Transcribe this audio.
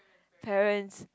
parents